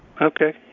Okay